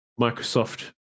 microsoft